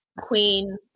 queen